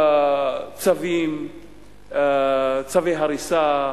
צווים, צווי הריסה,